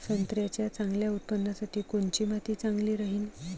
संत्र्याच्या चांगल्या उत्पन्नासाठी कोनची माती चांगली राहिनं?